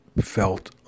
felt